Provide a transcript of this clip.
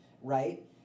right